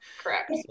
Correct